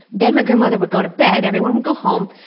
then my grandmother would go to bed, everyone would go home,